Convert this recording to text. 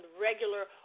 regular